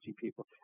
people